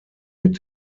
mit